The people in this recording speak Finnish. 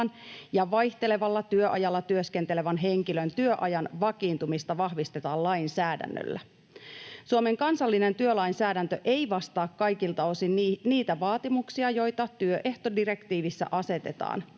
ja vaihtelevalla työajalla työskentelevän henkilön työajan vakiintumista vahvistetaan lainsäädännöllä. Suomen kansallinen työlainsäädäntö ei vastaa kaikilta osin niitä vaatimuksia, joita työehtodirektiivissä asetetaan.